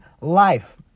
life